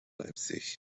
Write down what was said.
leipzig